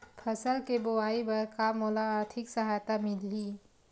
फसल के बोआई बर का मोला आर्थिक सहायता मिलही?